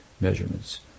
measurements